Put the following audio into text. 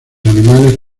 animales